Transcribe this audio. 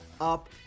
Up